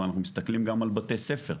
מסתכלים גם על בתי ספר.